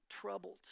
troubled